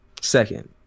Second